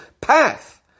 path